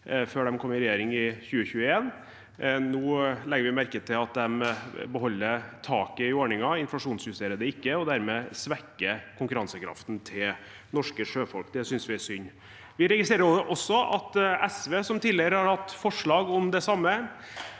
før de kom i regjering i 2021. Nå legger vi merke til at de beholder taket i ordningen. De inflasjonsjusterer det ikke, og dermed svekker de konkurransekraften til norske sjøfolk. Det synes vi er synd. Vi registrerer også at SV, som tidligere har hatt forslag om det samme,